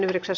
asia